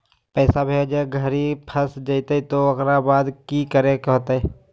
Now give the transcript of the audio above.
पैसा भेजे घरी फस जयते तो ओकर बाद की करे होते?